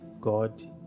God